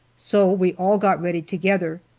so we all got ready together,